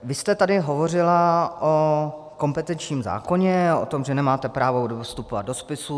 Vy jste tady hovořila o kompetenčním zákoně a o tom, že nemáte právo vstupovat do spisů.